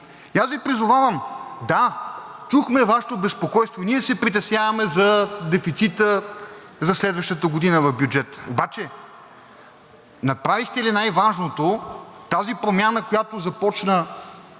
И аз Ви призовавам, да, чухме Вашето безпокойство, и ние се притесняваме за дефицита за следващата година в бюджета, обаче направихте ли най-важното – тази промяна, която започна